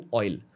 oil